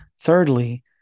thirdly